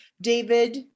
David